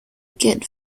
good